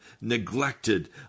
neglected